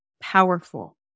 powerful